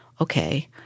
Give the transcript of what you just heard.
okay